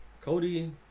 Cody